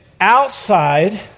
outside